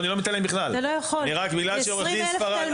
יש 20 אלף תלמידים.